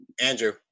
Andrew